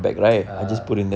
ah